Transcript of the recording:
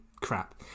Crap